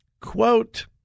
Quote